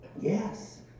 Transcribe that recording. Yes